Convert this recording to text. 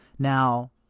Now